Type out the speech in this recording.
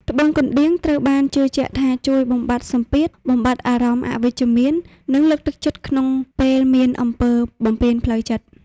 ត្បូងកណ្ដៀងត្រូវបានជឿជាក់ថាជួយបំបាត់សំពាធ បំបាត់អារម្មណ៍អវិជ្ជមាន និងលើកទឹកចិត្តក្នុងពេលមានអំពើបំពានផ្លូវចិត្ត។